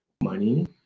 money